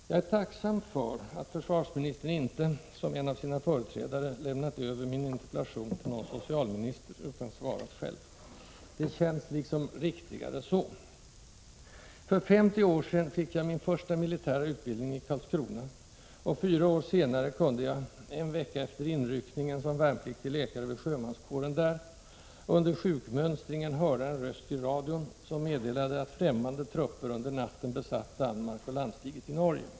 Jag är tacksam för att försvarsministern inte, som en av sina företrädare, lämnat över min interpellation till någon socialminister utan svarat själv. Det känns liksom riktigare så. För 50 år sedan fick jag min första militära utbildning i Karlskrona och fyra år senare kunde jag, en vecka efter inryckningen som värnpliktig läkare vid Sjömanskåren där, under sjukmönstringen höra en röst i radion som meddelade att främmande trupper under natten besatt Danmark och landstigit i Norge.